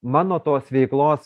mano tos veiklos